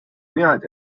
mehrheit